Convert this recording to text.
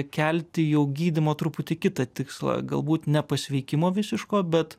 kelti jau gydymo truputį kitą tikslą galbūt ne pasveikimo visiško bet